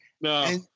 no